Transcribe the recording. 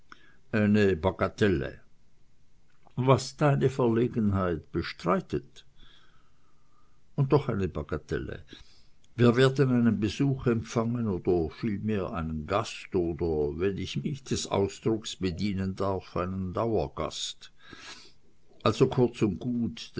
eine bagatelle was deine verlegenheit bestreitet und doch eine bagatelle wir werden einen besuch empfangen oder vielmehr einen gast oder wenn ich mich des ausdrucks bedienen darf einen dauer gast also kurz und gut